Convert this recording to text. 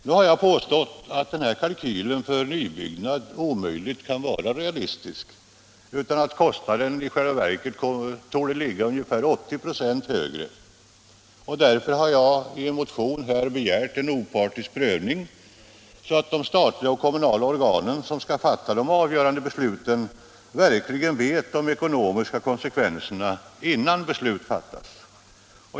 Jag har påstått att kalkylen för nybyggnad omöjligen kan vara realistisk och att kostnaden i själva verket torde ligga ca 80 96 högre. Därför har jag i en motion begärt en opartisk prövning, så att de statliga och kommunala organ som skall fatta de avgörande besluten verkligen vet vilka de ekonomiska konsekvenserna blir innan beslut fattas.